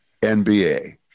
nba